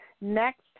Next